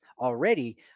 already